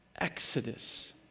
exodus